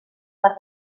per